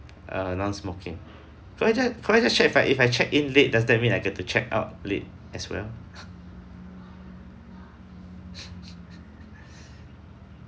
err non smoking could I just could I just check if I if I check in late does that mean I get to check out late as well